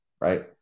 right